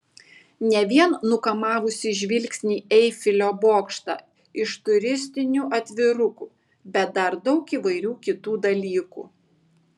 ne vien nukamavusį žvilgsnį eifelio bokštą iš turistinių atvirukų bet dar daug įvairių kitų dalykų